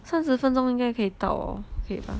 三十分钟应该可以到哦可以吧